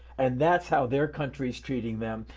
and that's how there country's treating them.